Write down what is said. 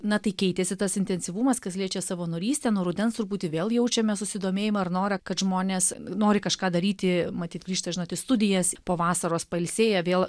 na tai keitėsi tas intensyvumas kas liečia savanorystę nuo rudens truputį vėl jaučiame susidomėjimą ar norą kad žmonės nori kažką daryti matyt grįžta žinot į studijas po vasaros pailsėję vėl